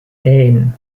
één